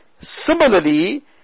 similarly